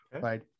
right